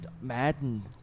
Madden